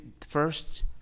first